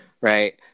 right